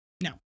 Now